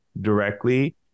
directly